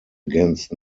against